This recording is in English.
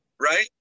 right